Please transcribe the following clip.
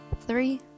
Three